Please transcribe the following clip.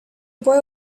boy